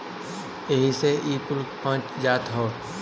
एही से ई कुल पच जात रहल